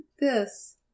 this